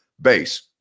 base